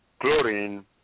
chlorine